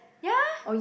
ya